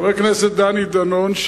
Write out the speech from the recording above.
חבר הכנסת דני דנון,